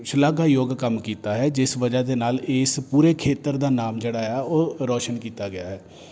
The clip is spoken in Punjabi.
ਸ਼ਲਾਘਾਯੋਗ ਕੰਮ ਕੀਤਾ ਹੈ ਜਿਸ ਵਜ੍ਹਾ ਦੇ ਨਾਲ ਇਸ ਪੂਰੇ ਖੇਤਰ ਦਾ ਨਾਮ ਜਿਹੜਾ ਆ ਉਹ ਰੌਸ਼ਨ ਕੀਤਾ ਗਿਆ ਹੈ